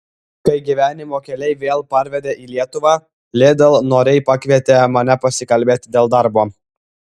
kai gyvenimo keliai vėl parvedė į lietuvą lidl noriai pakvietė mane pasikalbėti dėl darbo